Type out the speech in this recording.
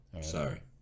sorry